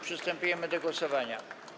Przystępujemy do głosowania.